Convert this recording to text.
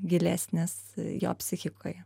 gilesnis jo psichikoje